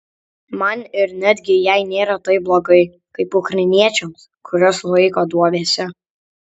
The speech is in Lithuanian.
man ir netgi jai nėra taip blogai kaip ukrainiečiams kuriuos laiko duobėse